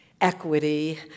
equity